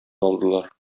алдылар